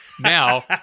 now